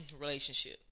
relationship